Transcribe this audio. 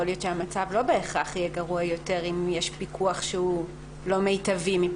יכול להיות שהמצב לא בהכרח יהיה גרוע יותר אם יש פיקוח שהוא לא מיטבי.